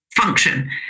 function